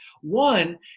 One